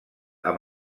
amb